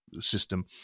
system